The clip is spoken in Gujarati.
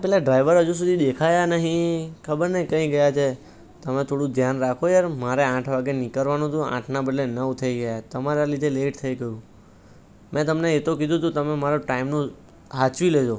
આ પેલા ડ્રાઇવર હજી સુધી દેખાયા નહીં ખબર નહીં કઈ ગયા તે તમે થોડું ધ્યાન રાખો યાર મારે આઠ વાગે નીકળવાનું જો આઠના બદલે નવ થઈ ગયાં તમારા લીધે લેટ થઈ ગયું મેં તમને એ તો કીધું તું તમે મારા ટાઈમનું સાચવી લેજો